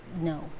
no